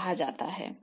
कहा जाता है